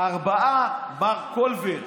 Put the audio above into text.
4 מיליון, מר קולבר.